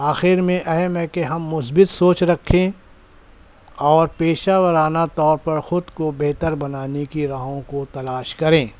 آخر میں اہم ہے کہ ہم مثبت سوچ رکھیں اور پیشہ ورانہ طور پر خود کو بہتر بنانے کی راہوں کو تلاش کریں